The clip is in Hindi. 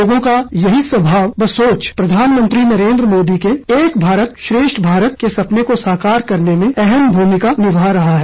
लोगों का यही स्वभाव व सोच प्रधानमंत्री नरेन्द्र मोदी के एक भारत श्रेष्ठ भारत के सपने को साकार करने में अहम भूमिका निभा रहा है